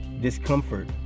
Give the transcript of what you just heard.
discomfort